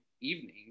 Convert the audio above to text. evening